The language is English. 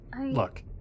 Look